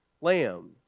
lamb